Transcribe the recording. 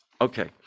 Okay